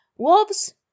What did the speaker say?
Wolves